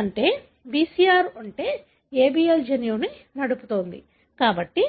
అంటే BCR అంటే ABL జన్యువును నడుపుతోంది